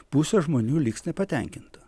pusė žmonių liks nepatenkinti